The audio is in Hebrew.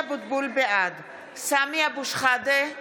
סמי אבו שחאדה,